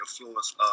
influence